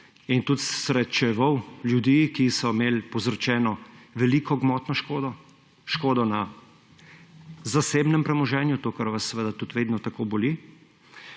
Tudi sem srečeval ljudi, ki so imeli povzročeno veliko gmotno škodo; škodo na zasebnem premoženju, to, kar vas vedno tudi boli.